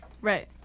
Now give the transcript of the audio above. Right